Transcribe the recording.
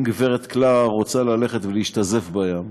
אם גב' קלרה רוצה ללכת להשתזף בים,